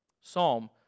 Psalm